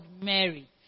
Mary